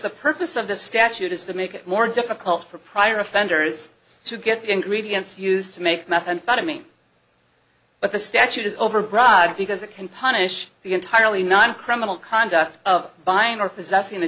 the purpose of the statute is to make it more difficult for prior offenders to get the ingredients used to make methamphetamine but the statute is override because it can punish the entirely not criminal conduct of buying or possessing